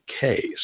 case